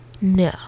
No